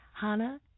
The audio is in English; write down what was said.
Hana